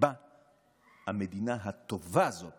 שבה המדינה הטובה הזאת